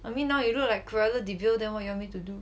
I mean now you look like cruella de vil then what you want me to do